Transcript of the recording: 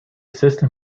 system